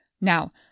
Now